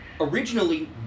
originally